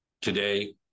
Today